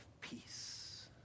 peace